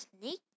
Snake